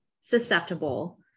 susceptible